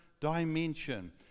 dimension